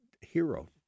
hero